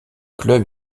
club